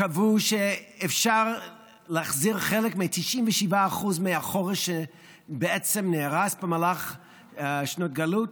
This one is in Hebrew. קבעו שאפשר להחזיר חלק מ-97% מהחורש שבעצם נהרס במהלך שנות הגלות,